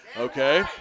Okay